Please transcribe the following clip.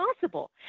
possible